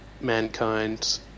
mankind